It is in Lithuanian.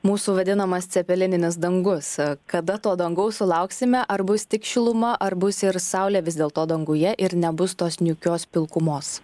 mūsų vadinamas cepelininis dangus kada to dangaus sulauksime ar bus tik šiluma ar bus ir saulė vis dėl to danguje ir nebus tos niūkios pilkumos